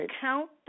count